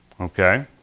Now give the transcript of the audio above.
Okay